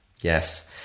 yes